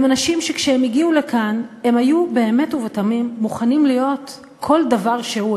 אנשים שכשהם הגיעו לכאן הם היו באמת ובתמים מוכנים להיות כל דבר שהוא,